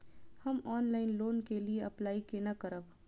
हम online loan के लिए अप्लाई केना करब?